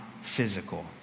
physical